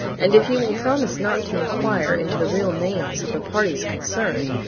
and if you will promise not to inquire into the real names of the parties concerned,